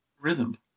rhythm